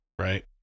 right